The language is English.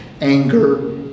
anger